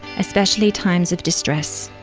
especially times of distress.